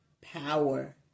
power